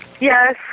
Yes